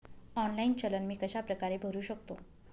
Online चलन मी कशाप्रकारे भरु शकतो?